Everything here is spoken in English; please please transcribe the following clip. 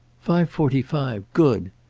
five forty-five good.